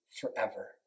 forever